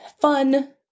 fun